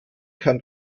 kann